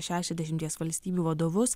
šešiasdešimties valstybių vadovus